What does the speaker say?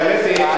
האמת היא,